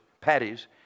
patties